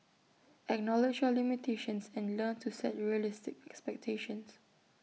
acknowledge your limitations and learn to set realistic expectations